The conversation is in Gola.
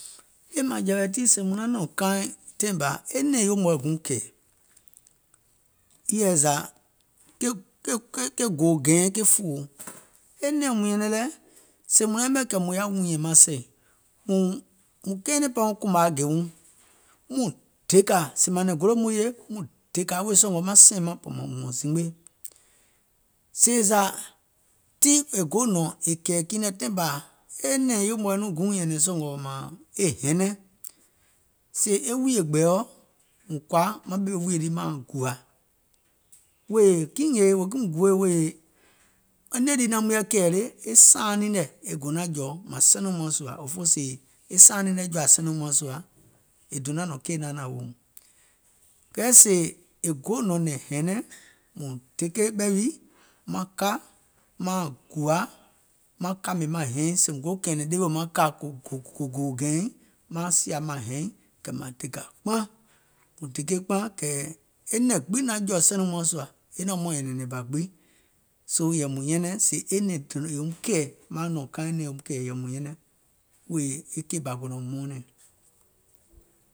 E ɓìèmȧŋjɛ̀wɛ̀ tii sèè mùŋ naŋ nɔ̀ŋ kaaìŋ taìŋ bȧ e nɛ̀ŋ eum guùŋ kɛ̀ɛ̀, yèɛ zȧ ke gòò gɛ̀ɛ̀ɛ fòoo, nɛ̀ɛŋ mùŋ nyɛnɛŋ lɛ̀, sèè mùŋ yɛmɛ̀ kɛ̀ mùŋ yaȧ wùùɛ̀ŋ maŋ sɛ̀ìŋ, mùŋ kɛɛnɛ̀ŋ pɛɛ kùmȧa gè wuŋ muŋ dèkȧ, sèè mȧȧŋ golò mɔɛ̀ŋ ye, muŋ dèkȧ wèè sɔ̀ngɔ̀ sɛ̀ìŋ maŋ ɓɔ̀ mȧŋ wùɔ̀ŋ zimgbe, sèè zȧ tiŋ e gò nɔ̀ŋ è kɛ̀ɛ̀ kiiŋ nɛ̀ taìŋ bȧ e nɛ̀ŋ eum wɛ̀i nɔŋ nyɛ̀nɛ̀ŋ sɔ̀ngɔ̀ mȧȧŋ e hɛnɛŋ, sèè e wùìyè gbɛɛo, mùŋ kɔ̀à maŋ ɓèmè wùìyè lii maaŋ gùȧ, wèè kiìŋ nèè, wèè kiìŋ mùŋ guoèè, wèè e nɛ̀ŋ lii naum yɛi kɛ̀ɛ̀ le e sàaaŋ niŋ nɛ̀ e go nȧŋ jɔ̀ mȧŋ sɛnìum mȧŋ sùȧ, òfoo sèè e sàaŋ niŋ nɛ̀ jɔ̀à sɛnìum mȧŋ sùȧ, è donȧŋ nɔ̀ŋ keì naanȧȧŋ weèum, kɛɛ sèè è goò nɔ̀ŋ nɛ̀ŋ hɛ̀nɛŋ, mùŋ deke ɓɛ̀ wii maŋ ka maaŋ gùa, maŋ kàmè maŋ hɛiŋ sèè mùŋ go kɛ̀ɛ̀nɛ̀ŋ ɗewe wèè maŋ kà kò gòò gɛ̀ɛ̀iŋ maaŋ sìȧ maŋ hɛiŋ kɛ̀ mȧŋ dèkȧ kpaŋ, mùŋ deke kpaŋ kɛ̀ e nɛ̀ŋ gbiŋ naŋ jɔ̀ sɛnìum mȧŋ sùà e naum ɓɛìŋ nyɛ̀nɛ̀ŋ nɛ̀ŋ bȧ gbiŋ, soo yɛ̀ì mùŋ nyɛnɛŋ sèè e nɛ̀ŋ eum kɛ̀ɛ̀, maŋ nɔ̀ŋ kaaiŋ e nɛ̀ŋ eum kɛ̀ɛ̀ yɛ̀ì mùŋ nyɛŋɛŋ wèè e keì bȧ go naum mɔɔnɛ̀ŋ.